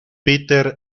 peter